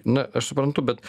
na aš suprantu bet